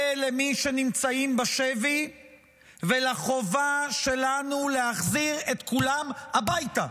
למי שנמצאים בשבי ולחובה שלנו להחזיר את כולם הביתה